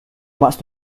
much